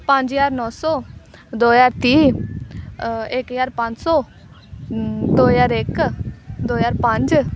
ਪੰਜ ਹਜ਼ਾਰ ਨੌਂ ਸੌ ਦੋ ਹਜ਼ਾਰ ਤੀਹ ਇਕ ਹਜ਼ਾਰ ਪੰਜ ਸੌ ਦੋ ਹਜ਼ਾਰ ਇਕ ਦੋ ਹਜ਼ਾਰ ਪੰਜ